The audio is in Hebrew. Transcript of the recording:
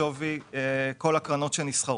של שווי כל הקרנות שנסחרות.